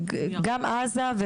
גם עזה,